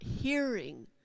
hearing